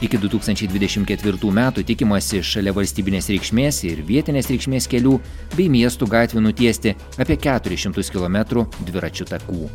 iki du tūkstančiai dvidešim ketvirtų metų tikimasi šalia valstybinės reikšmės ir vietinės reikšmės kelių bei miestų gatvių nutiesti apie keturis šimtus kilometrų dviračių takų